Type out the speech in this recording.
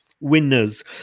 winners